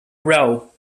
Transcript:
row